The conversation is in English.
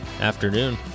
afternoon